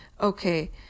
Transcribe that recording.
okay